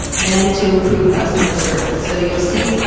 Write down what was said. and to improve customer service. so you'll see,